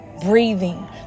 breathing